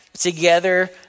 together